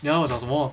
你要我讲什么